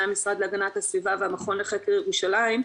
המשרד להגנת הסביבה והמכון לחקר ירושלים,